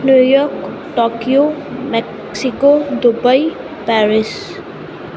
New York Tokyo Mexico Dubai Paris